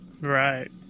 Right